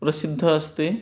प्रसिद्धः अस्ति